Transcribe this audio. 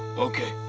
okay.